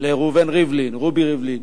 רובי ריבלין